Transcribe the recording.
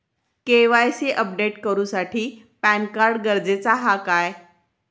KYC update करूसाठी PAN card गरजेचा हा काय?